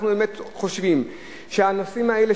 אנחנו באמת חושבים שהנושאים האלה,